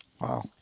Wow